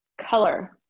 color